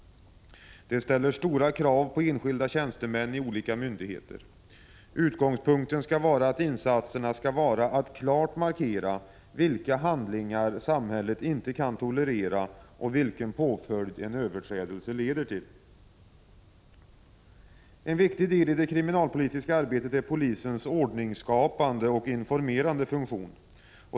Det ställer stora krav på enskilda tjänstemän inom olika myndigheter. Utgångspunkten för insatserna skall vara att klart markera vilka handlingar som samhället inte kan tolerera och vilken påföljd en överträdelse leder till. En viktig del av det kriminalpolitiska arbetet är polisens ordningsskapande och informerande funktion.